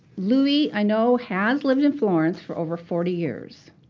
louie, i know, has lived in florence for over forty years.